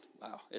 wow